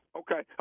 okay